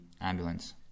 ambulance